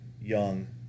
young